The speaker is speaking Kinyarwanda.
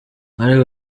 bari